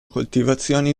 coltivazioni